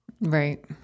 Right